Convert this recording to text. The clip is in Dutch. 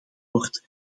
wordt